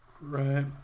Right